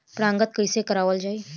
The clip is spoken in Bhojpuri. परागण कइसे करावल जाई?